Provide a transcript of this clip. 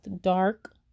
dark